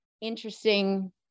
interesting